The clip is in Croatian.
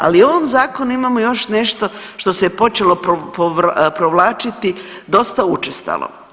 Ali, u ovom Zakonu imamo još nešto što se počelo provlačiti dosta učestalo.